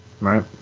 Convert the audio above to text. Right